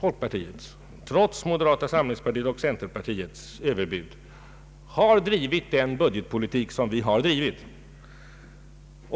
folkpartiets, trots moderata samlingspartiets och trots centerpartiets överbud, drivit den budgetpolitik som vi genomfört.